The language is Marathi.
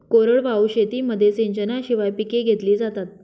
कोरडवाहू शेतीमध्ये सिंचनाशिवाय पिके घेतली जातात